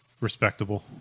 Respectable